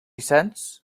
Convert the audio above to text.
cents